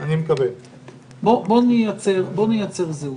בוא נייצר זהות.